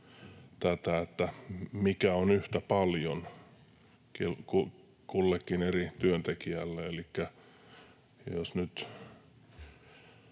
mikä on yhtä paljon kullekin eri työntekijälle.